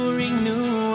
renew